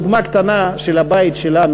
דוגמה קטנה של הבית שלנו.